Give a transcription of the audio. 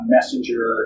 Messenger